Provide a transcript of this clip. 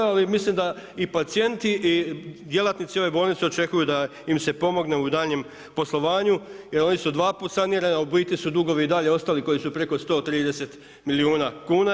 Ali mislim da i pacijenti i djelatnici ove bolnice očekuju da im se pomogne u daljnjem poslovanju, jer oni su dvaput sanirani, a u biti su dugovi i dalje ostali koji su preko 130 milijuna kuna.